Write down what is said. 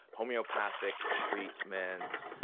homeopathic treatments,